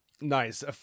Nice